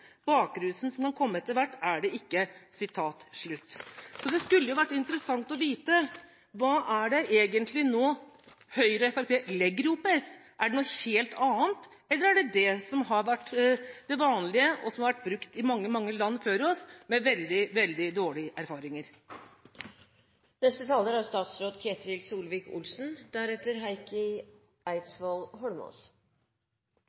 Bakrusen som kan komme etter hvert, er det ikke.» Det skulle vært interessant å vite hva Høyre og Fremskrittspartiet nå egentlig legger i OPS. Er det noe helt annet, eller er det det som har vært det vanlige, og som har vært brukt i mange, mange land før oss med veldig, veldig dårlige erfaringer?